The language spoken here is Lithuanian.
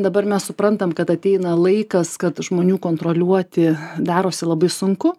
dabar mes suprantam kad ateina laikas kad žmonių kontroliuoti darosi labai sunku